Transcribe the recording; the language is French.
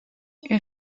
une